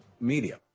Media